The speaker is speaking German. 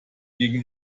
gegen